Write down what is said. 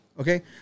Okay